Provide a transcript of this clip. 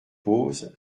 pose